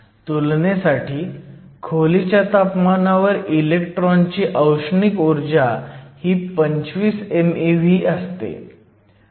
तुलनेसाठी खोलीच्या तापमानावर इलेक्ट्रॉनची औष्णिक ऊर्जा ही 25 meV आहे